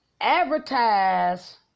Advertise